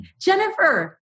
Jennifer